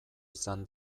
izan